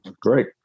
Great